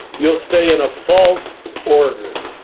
you'll stay in a false order.